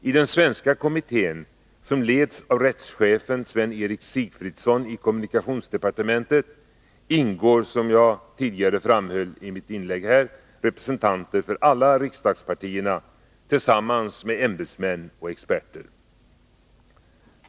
I den svenska kommittén, som leds av rättschefen Sven-Erik Sigfridsson i kommunikationsdepartementet, ingår — som jag tidigare framhöll — representanter för alla riksdagspartierna tillsammans med ämbetsmän och experter.